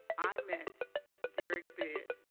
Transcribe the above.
i met derrick beard,